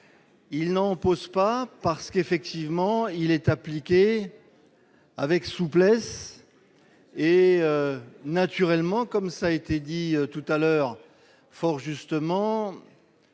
il n'en pose pas parce qu'effectivement il est appliqué avec souplesse et naturellement, comme ça a été dit tout à l'heure, fort justement,